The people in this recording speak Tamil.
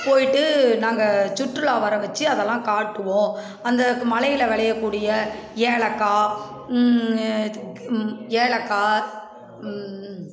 போயிட்டு நாங்கள் சுற்றுலா வரவச்சு அதெல்லாம் காட்டுவோம் அந்த மலையில் விளையக்கூடிய ஏலக்கா ஏலக்கா